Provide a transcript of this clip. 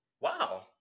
Wow